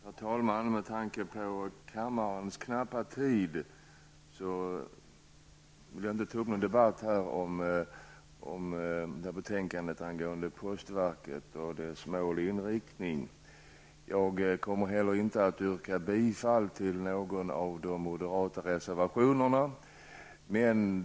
Herr talman! Med tanke på kammarens knappa tid vill jag inte ta upp någon debatt om detta betänkande angående postverkets mål och inriktning. Jag kommer inte heller att yrka bifall till någon av de moderata reservationerna.